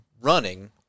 running